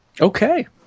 okay